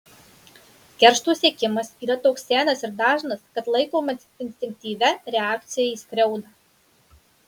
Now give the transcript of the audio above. keršto siekimas yra toks senas ir dažnas kad laikomas instinktyvia reakcija į skriaudą